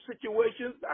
situations